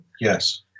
Yes